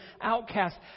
outcast